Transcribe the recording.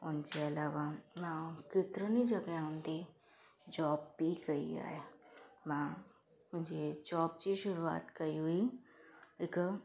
हुनजे अलावा मां केतिरनि ई जॻहयुनि ते जॉब बि कई आहे मां मुंहिंजे जॉब जी शुरूआत कई हुई हिकु